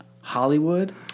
Hollywood